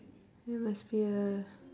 you must be a